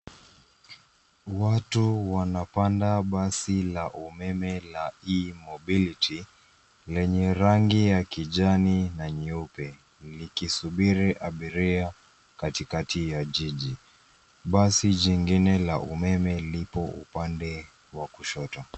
Watu wanapanda basi la umeme la E-mobility lenye rangi ya kijani na nyeupe likisubiri abiria katikati ya jiji. Basi jingine la umeme lipo upande wa kushoto.